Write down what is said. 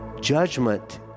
judgment